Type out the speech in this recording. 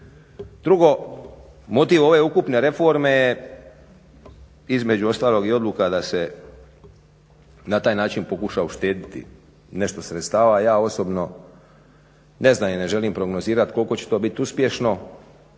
Drugo, motiv ove ukupne reforme je između ostalog i odluka da se na taj način pokuša uštediti nešto sredstava a ja osobno ne znam i ne želim prognozirati koliko će to biti uspješno.